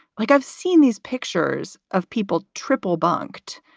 like i've seen these pictures of people triple bunked.